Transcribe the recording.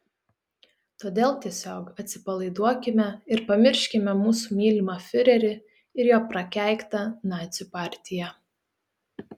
todėl tiesiog atsipalaiduokime ir pamirškime mūsų mylimą fiurerį ir jo prakeiktą nacių partiją